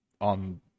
on